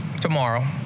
tomorrow